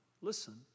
listen